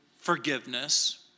forgiveness